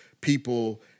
people